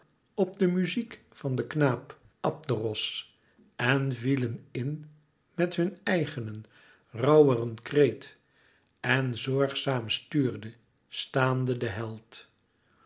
op de muziek van den knaap abderos en vielen in met hun eigenen rauweren kreet en zorgzaam stuurde staande de held